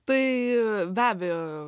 tai be abejo